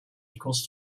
equals